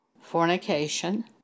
fornication